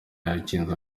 yakinze